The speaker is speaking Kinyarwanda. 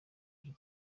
iki